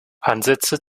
ansätze